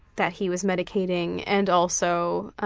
that he was medicating, and also ah